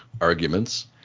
arguments